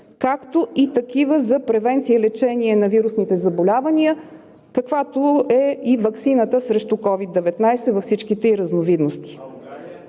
както и такива за превенция и лечение на вирусните заболявания, каквато е и ваксината срещу COVID-19 във всичките ѝ разновидности.